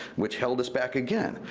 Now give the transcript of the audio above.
which held us back again.